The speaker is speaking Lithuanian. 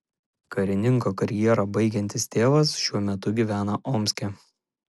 karininko karjerą baigiantis tėvas šiuo metu gyvena omske